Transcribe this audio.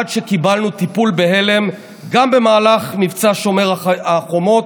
עד שקיבלנו טיפול בהלם גם במבצע שומר החומות,